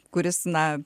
kuris na